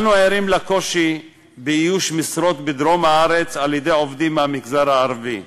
אנו ערים לקושי באיוש משרות בדרום הארץ על-ידי עובדים מהמגזר הערבי.